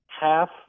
half